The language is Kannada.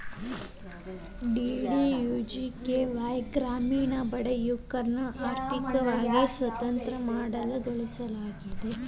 ಡಿ.ಡಿ.ಯು.ಜಿ.ಕೆ.ವಾಯ್ ಗ್ರಾಮೇಣ ಬಡ ಯುವಕರ್ನ ಆರ್ಥಿಕವಾಗಿ ಸ್ವತಂತ್ರ ಮತ್ತು ಸಾಮಾಜಿಕವಾಗಿ ಉದ್ಯೋಗಸ್ತರನ್ನ ಮಾಡ್ತದ